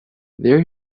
there